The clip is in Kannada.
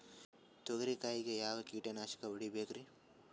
ತೊಗರಿ ಕಾಯಿಗೆ ಯಾವ ಕೀಟನಾಶಕ ಹೊಡಿಬೇಕರಿ?